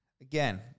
Again